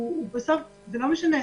זה לא משנה,